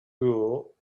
rule